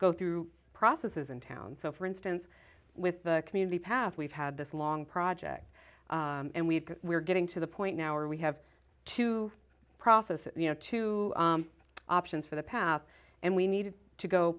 go through processes in town so for instance with the community path we've had this long project and we've we're getting to the point now or we have to process you know two options for the path and we need to go